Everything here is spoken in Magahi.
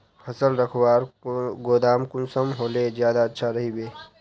फसल रखवार गोदाम कुंसम होले ज्यादा अच्छा रहिबे?